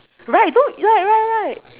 right don't right right right